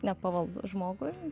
nepavaldų žmogui